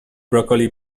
broccoli